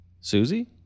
Susie